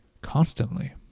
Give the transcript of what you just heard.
constantly